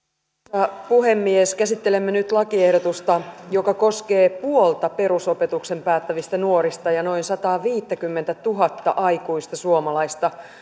arvoisa puhemies käsittelemme nyt lakiehdotusta joka koskee puolta perusopetuksen päättävistä nuorista ja noin sataaviittäkymmentätuhatta aikuista suomalaista